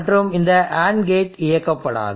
மற்றும் இந்த AND gate இயக்கப்படாது